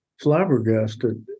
flabbergasted